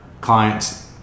clients